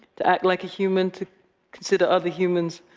to act like a human, to consider other humans.